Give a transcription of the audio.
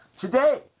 today